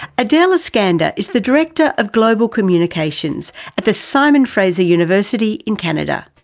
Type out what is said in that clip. adel iskander is the director of global communications at the simon fraser university in canada.